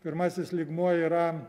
pirmasis lygmuo yra